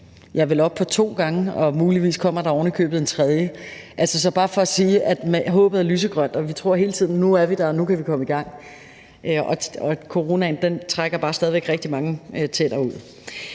Jeg er vel oppe på to gange, og muligvis kommer der ovenikøbet en tredje. Så det er bare for at sige, at håbet er lysegrønt, og vi tror hele tiden, at nu er vi der, og at nu kan vi komme i gang. Men coronaen trækker bare stadig rigtig mange tænder ud.